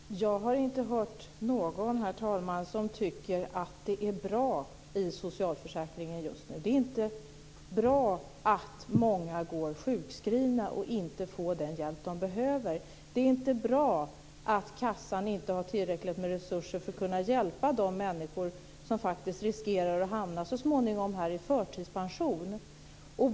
Herr talman! Jag har inte hört någon som tycker att socialförsäkringen är bra just nu. Det är inte bra att många går sjukskrivna och inte får den hjälp de behöver. Det är inte bra att kassan inte har tillräckligt med resurser för att kunna hjälpa de människor som riskerar att så småningom hamna i förtidspension.